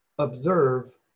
Observe